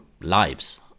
lives